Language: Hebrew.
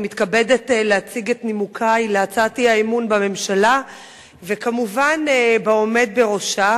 אני מתכבדת להציג את נימוקי להצעת האי-אמון בממשלה וכמובן בעומד בראשה,